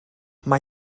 mae